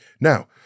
Now